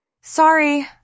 Sorry